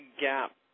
gap